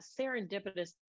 serendipitous